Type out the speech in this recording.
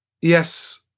yes